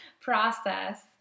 process